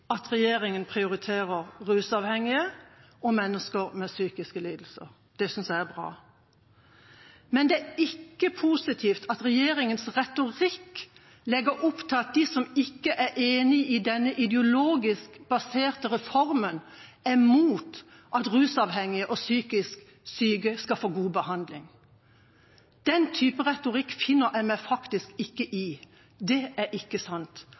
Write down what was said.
at regjeringa prioriterer rusavhengige og mennesker med psykiske lidelser. Det syns jeg er bra. Men det er ikke positivt at regjeringas retorikk legger opp til at de som ikke er enig i denne ideologisk baserte reformen, er mot at rusavhengige og psykisk syke skal få god behandling. Den type retorikk finner jeg meg faktisk ikke i. Det er ikke sant.